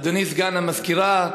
אדוני סגן המזכירה,